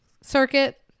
circuit